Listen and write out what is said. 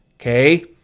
Okay